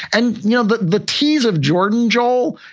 and, you know, the the ts of jordan, joel,